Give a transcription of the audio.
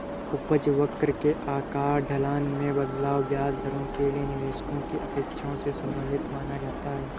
उपज वक्र के आकार, ढलान में बदलाव, ब्याज दरों के लिए निवेशकों की अपेक्षाओं से संबंधित माना जाता है